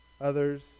others